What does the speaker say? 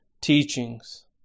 teachings